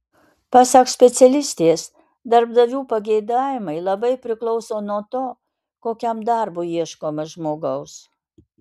pasak specialistės darbdavių pageidavimai labai priklauso nuo to kokiam darbui ieškoma žmogaus